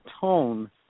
tone